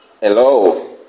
Hello